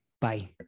Bye